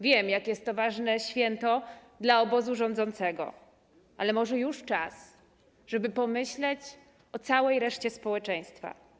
Wiem, jak jest to ważne święto dla obozu rządzącego, ale może już czas, żeby pomyśleć o całej reszcie społeczeństwa.